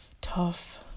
tough